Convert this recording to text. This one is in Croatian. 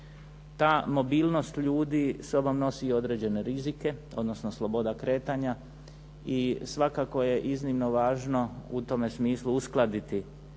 Ta mobilnost ljudi sa sobom nosi i određene rizike, odnosno sloboda kretanja i svakako je iznimno važno u tome smislu uskladiti